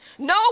No